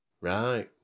Right